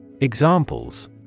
Examples